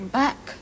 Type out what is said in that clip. back